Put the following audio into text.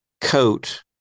coat